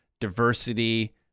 diversity